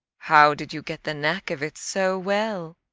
how did you get the knack of it so well?